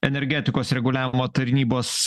energetikos reguliavimo tarnybos